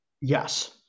Yes